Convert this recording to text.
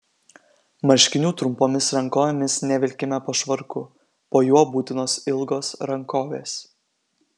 marškinių trumpomis rankovėmis nevilkime po švarku po juo būtinos ilgos rankovės